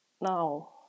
now